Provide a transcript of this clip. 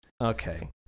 Okay